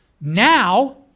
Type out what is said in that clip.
Now